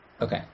okay